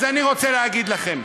אני אומרת, אז אני רוצה להגיד לכם: